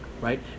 right